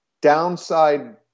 downside